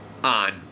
On